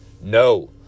No